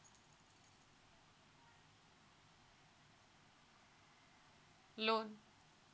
loan